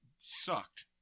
sucked